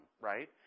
Right